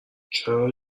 چرا